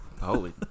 Holy